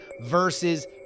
versus